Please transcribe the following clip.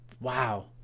Wow